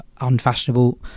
unfashionable